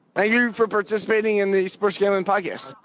ah you for participating in the sports gambling podcast.